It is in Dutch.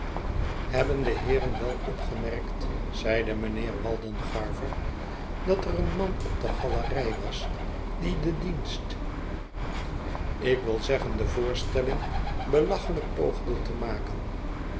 hebben de heeren wel opgemerkt zeide mijnheer waldengarver dat er een man op de galerij was die den dienst ik wil zeggen de voorstelling belachelijk poogde te maken